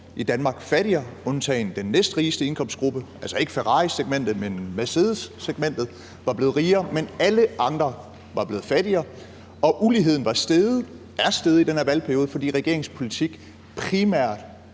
i Danmark fattigere undtagen den næstrigeste indkomstgruppe. Altså, ikke ferrarisegmentet, men mercedessegmentet var blevet rigere, men alle andre var blevet fattigere. Og uligheden var steget – den er steget i den her valgperiode, fordi regeringens politik primært